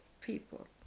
people